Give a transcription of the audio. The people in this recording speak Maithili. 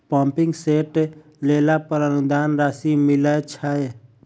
पम्पिंग सेट लेला पर अनुदान राशि मिलय छैय?